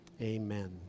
Amen